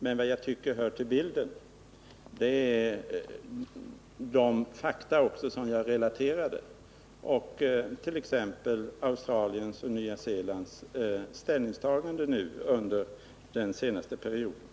Men vad jag tycker hör till bilden är de fakta om en ändrad inställning från andra länder som jag relaterade, t.ex. Australiens och Nya Zeelands ställningstaganden under den senaste perioden.